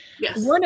Yes